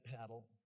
paddle